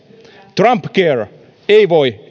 trumpcare ei voi